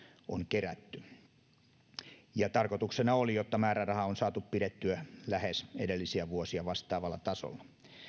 on kerätty tarkoituksena oli että määräraha saadaan pidettyä lähes edellisiä vuosia vastaavalla tasolla